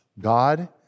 God